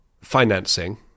financing